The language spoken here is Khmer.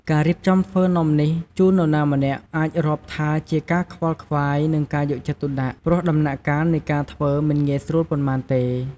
ការរៀបចំំធ្វើនំនេះជូននរណាម្នាក់អាចរាប់ថាជាការខ្វល់ខ្វាយ និងការយកចិត្តទុកដាក់ ព្រោះដំណាក់កាលនៃការធ្វើមិនងាយស្រួលប៉ុន្មានទេ។